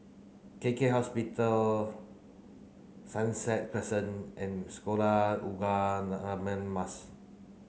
K K Hospital Sunset Crescent and Sekolah Ugama Mas